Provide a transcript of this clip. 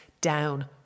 down